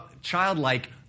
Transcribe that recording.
childlike